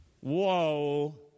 Whoa